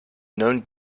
known